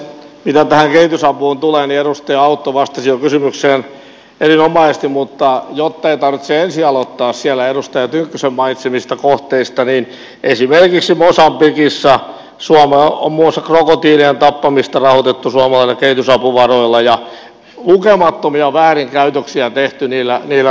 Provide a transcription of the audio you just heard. mitä tähän kehitysapuun tulee niin edustaja autto jo vastasi kysymykseen erinomaisesti mutta jottei tarvitse ensin aloittaa edustaja tynkkysen mainitsemista kohteista niin totean että esimerkiksi mosambikissa on muun muassa krokotiilien tappamista rahoitettu suomalaisilla kehitysapuvaroilla ja lukemattomia väärinkäytöksiä tehty niillä rahoilla